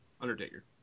Undertaker